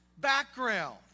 background